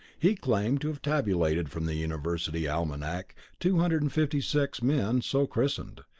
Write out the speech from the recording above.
he claimed to have tabulated from the university almanac two hundred and fifty six men so christened,